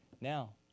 now